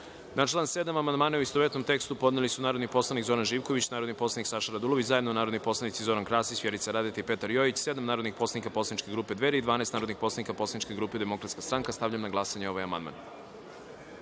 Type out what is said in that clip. član 26. amandmane, u istovetnom tekstu, podneli su narodni poslanik Zoran Živković, narodni poslanik Saša Radulović, zajedno narodni poslanici Zoran Krasić, Vjerica Radeta i Tomislav LJubenović, sedam narodnih poslanik poslaničke grupe Dveri i 12 narodnih poslanika poslaničke grupe Demokratska stranka. Stavljam na glasanje ovaj